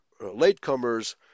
latecomers